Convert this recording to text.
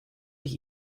ich